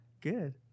good